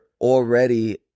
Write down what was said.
already